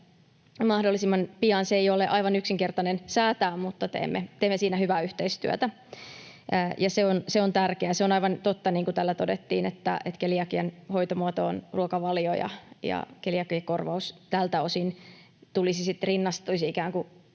Se ei ole aivan yksinkertainen säätää, mutta teemme siinä hyvää yhteistyötä. Se on tärkeää. On aivan totta, niin kuin täällä todettiin, että keliakian hoitomuoto on ruokavalio ja keliakiakorvaus tältä osin sitten rinnastuisi